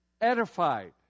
edified